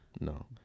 No